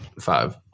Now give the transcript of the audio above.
five